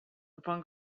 upon